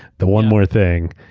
the one more thing,